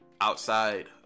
outside